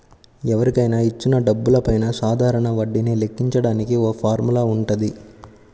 ఎవరికైనా ఇచ్చిన డబ్బులపైన సాధారణ వడ్డీని లెక్కించడానికి ఒక ఫార్ములా వుంటది